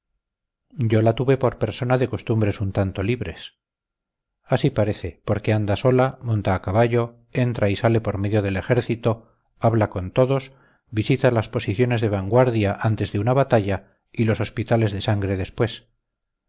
yo la tuve por persona de costumbres un tanto libres así parece porque anda sola monta a caballo entra y sale por medio del ejército habla con todos visita las posiciones de vanguardia antes de una batalla y los hospitales de sangre después